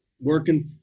working